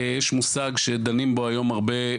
יש מושג שדנים בו היום הרבה,